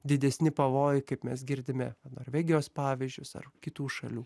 didesni pavojai kaip mes girdime norvegijos pavyzdžius ar kitų šalių